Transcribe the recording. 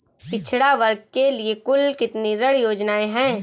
पिछड़ा वर्ग के लिए कुल कितनी ऋण योजनाएं हैं?